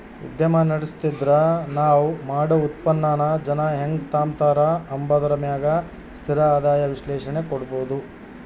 ಉದ್ಯಮ ನಡುಸ್ತಿದ್ರ ನಾವ್ ಮಾಡೋ ಉತ್ಪನ್ನಾನ ಜನ ಹೆಂಗ್ ತಾಂಬತಾರ ಅಂಬಾದರ ಮ್ಯಾಗ ಸ್ಥಿರ ಆದಾಯ ವಿಶ್ಲೇಷಣೆ ಕೊಡ್ಬೋದು